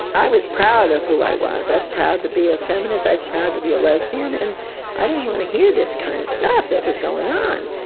i was proud of who i was, i was proud to be a feminist, i was proud to be a lesbian, and i didn't want to hear this kind of stuff that was going on.